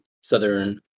southern